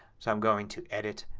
so i'm going to edit,